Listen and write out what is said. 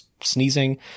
sneezing